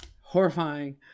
Horrifying